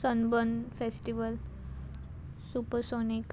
sunburn festival supersonic